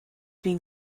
been